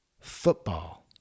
football